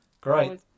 Great